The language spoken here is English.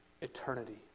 eternity